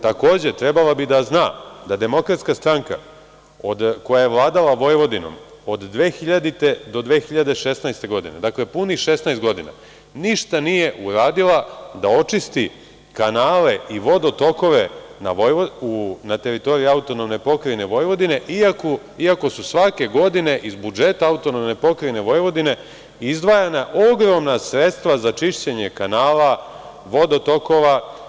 Takođe, trebala bi da zna da DS koja je vladala Vojvodinom od 2000. do 2016. godine, dakle punih 16 godina, ništa nije uradila da očisti kanale i vodotokove na teritoriji AP Vojvodine, iako su svake godine iz budžeta AP Vojvodine izdvajana ogromna sredstva za čišćenje kanala, vodotokova.